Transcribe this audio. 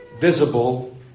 visible